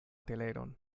teleron